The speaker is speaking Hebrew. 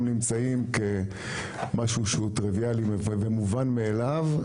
נמצאים כמשהו שהוא טריוויאלי ומובן מאליו.